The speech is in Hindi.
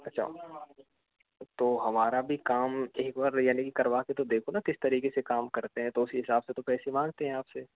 अच्छा तो हमारा भी काम एक बार रिअली करवा के तो देखो न किस तरीके से काम करते हैं तो उसी हिसाब से तो पैसे मांगते है आपसे